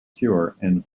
selling